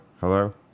hello